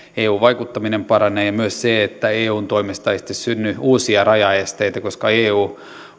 eun vaikuttaminen paranee ja että eun toimesta ei sitten synny uusia rajaesteitä koska eu